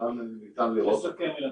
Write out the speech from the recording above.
וניתן לראות אותם.